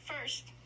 first